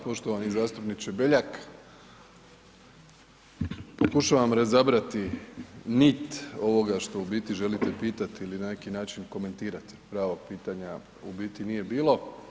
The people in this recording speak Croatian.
Poštovani zastupniče Beljak, pokušavam razabrati nit ovoga što u biti želite pitati ili na neki način komentirati, pravog pitanja u biti nije bilo.